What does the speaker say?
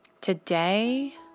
Today